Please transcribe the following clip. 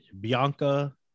Bianca